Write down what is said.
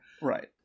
Right